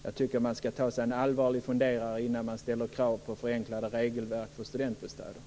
Jag tycker att man ska ta sig en allvarlig funderare innan man ställer krav på förenklade regelverk för studentbostäder.